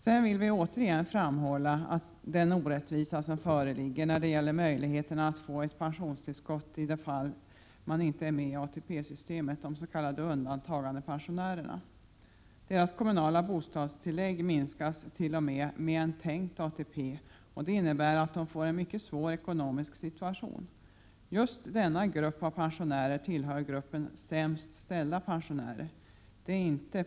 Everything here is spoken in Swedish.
Vi vill återigen framhålla den orättvisa rörande möjligheten att få ett pensionstillskott som föreligger för dem som inte är med i ATP-systemet, de s.k. undantagandepensionärerna. Deras kommunala bostadstillägg minskas t.o.m. med en tänkt ATP, och det innebär att de får en mycket svår ekonomisk situation. Just denna grupp pensionärer tillhör de sämst ställda pensionärerna.